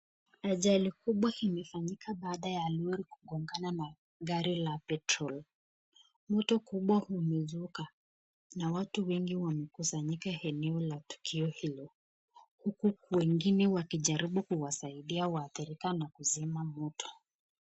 Ajali kubba imefanyika baada ya lori kugongana na gari la petroli , moto kubwa umezuka na watu wengi wamekusanyika eneo la tukio hilo, huku wengine wakijaribu kusaidia waadhirika na kuzima moto.